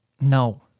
No